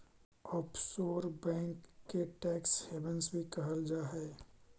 offshore bank के tax havens भी कहल जा हइ